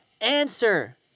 Answer